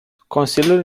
consiliul